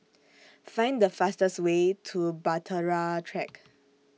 Find The fastest Way to Bahtera Track